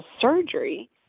surgery